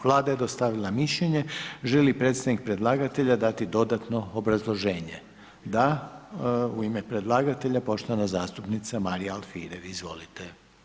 Vlada je dostavila mišljenje, želi li predstavnik predlagatelja dati dodatno obrazloženje, da, u ime predlagatelja poštovanja zastupnica Marija Alfirev, izvolite.